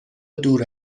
دور